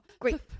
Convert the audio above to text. great